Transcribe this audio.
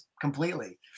completely